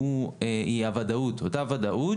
בכל אופן,